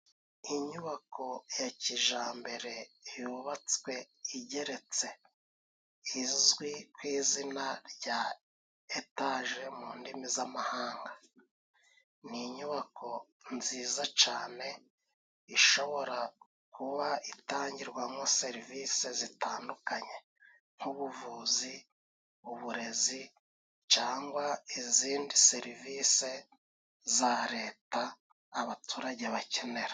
Inyubako ya kijambere yubatswe igeretse izwi ku izina rya etaje mu ndimi z'amahanga. Ni inyubako nziza cane ishobora kuba itangirwamo serivise zitandukanye nk'ubuvuzi, uburezi cangwa izindi serivisi za leta abaturage bakenera.